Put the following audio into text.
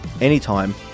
anytime